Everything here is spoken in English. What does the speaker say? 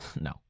no